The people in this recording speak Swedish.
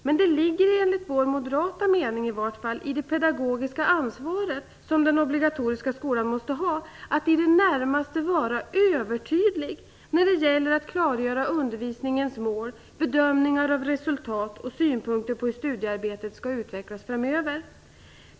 Men det ligger enligt Moderaternas mening i det pedagogiska ansvar som den obligatoriska skolan måste ha att i det närmaste vara övertydlig när det gäller att klargöra undervisningens mål, bedömningar av resultat och synpunkter på hur studiearbetet kan utvecklas framöver.